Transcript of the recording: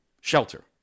shelter